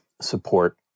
support